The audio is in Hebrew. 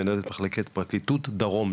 מנהלת מחלקת פרקליטות דרום,